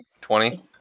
Twenty